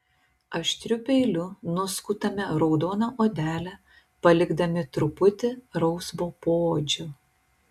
aštriu peiliu nuskutame raudoną odelę palikdami truputį rausvo poodžio